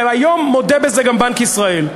והיום מודה בזה גם בנק ישראל.